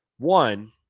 One